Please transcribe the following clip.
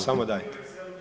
Samo dajte.